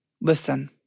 listen